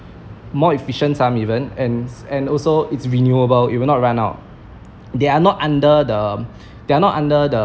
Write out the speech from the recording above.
more efficient some even and and also it's renewable it will not run out they are not under the they are not under the